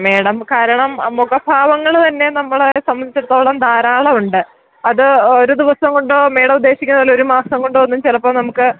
madam കാരണം മുഖ ഭാവങ്ങൾ തന്നെ നമ്മളെ സംബന്ധിച്ചിടത്തോളം ധാരാളം ഉണ്ട് അത് ഒരു ദിവസം കൊണ്ടോ മാഡം ഉദ്ദേശിക്കുന്നത് പോലെ ഒരു മാസം കൊണ്ടോ ഒന്നും ചിലപ്പം നമുക്ക്